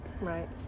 Right